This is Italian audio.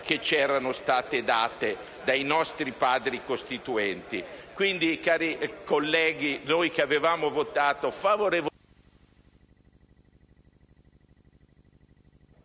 che ci sono state date dai nostri Padri costituenti.